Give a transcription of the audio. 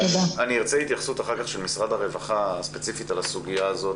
אני ארצה התייחסות ספציפית אחר כך של משרד הרווחה על הסוגיה הזאת,